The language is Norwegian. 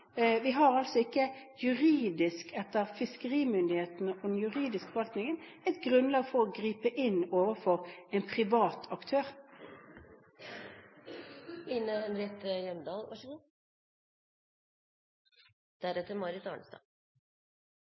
Vi har ikke juridisk – etter fiskerimyndighetenes og den juridiske forvaltningens vurdering – et grunnlag for å gripe inn overfor en privat aktør. Line Henriette Hjemdal